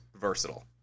versatile